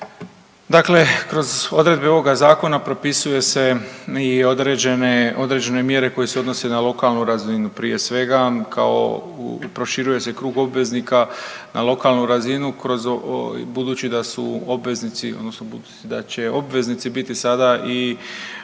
Dakle, kroz odredbe ovoga zakona propisuje se i određene mjere koje se odnose na lokalnu sredinu. Prije svega kao, proširuje se krug obveznika na lokalnu razinu, budući da su obveznici, odnosno